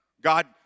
God